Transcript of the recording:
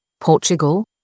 Portugal